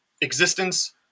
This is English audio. existence